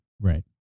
Right